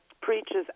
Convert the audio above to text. preaches